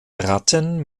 ratten